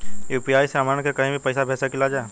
UPI से हमहन के कहीं भी पैसा भेज सकीला जा?